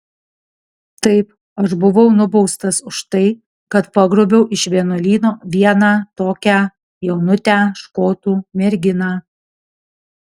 taip aš buvau nubaustas už tai kad pagrobiau iš vienuolyno vieną tokią jaunutę škotų merginą